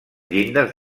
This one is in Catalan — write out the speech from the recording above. llindes